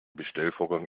bestellvorgang